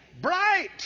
bright